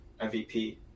MVP